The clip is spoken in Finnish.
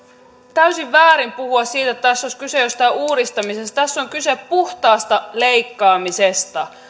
täysin väärin puhua siitä että tässä olisi kyse jostain uudistamisesta tässä on kyse puhtaasta leikkaamisesta